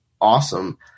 awesome